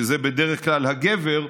שזה בדרך כלל הגבר,